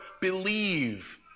believe